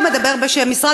הוא מדבר בשם המשרד,